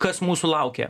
kas mūsų laukia